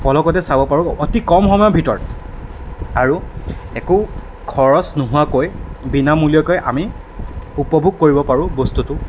পলকতে চাব পাৰোঁ অতি কম সময়ৰ ভিতৰত আৰু একো খৰচ নোহোৱাকৈ বিনামূলীয়াকৈ আমি উপভোগ কৰিব পাৰোঁ বস্তুটো